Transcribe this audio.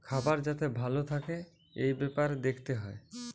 খাবার যাতে ভালো থাকে এই বেপারে দেখতে হয়